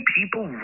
people